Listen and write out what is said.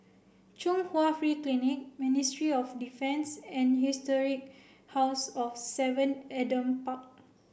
Chung Hwa Free Clinic Ministry of Defence and Historic House of seven Adam Park